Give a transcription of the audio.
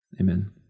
Amen